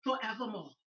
forevermore